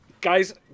Guys